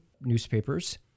newspapers